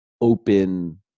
open